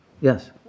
Yes